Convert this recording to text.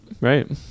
right